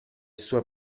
sua